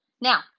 Now